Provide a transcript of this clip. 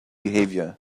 behavior